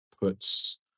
puts